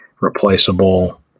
replaceable